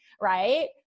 right